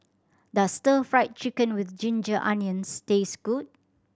does Stir Fried Chicken With Ginger Onions taste good